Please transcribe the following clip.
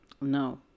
No